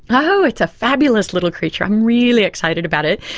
oh, it's a fabulous little creature, i'm really excited about it.